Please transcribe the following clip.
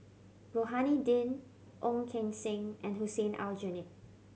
Rohani Din Ong Keng Sen and Hussein Aljunied